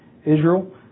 Israel